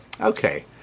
Okay